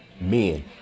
men